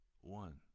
One